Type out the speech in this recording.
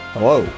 Hello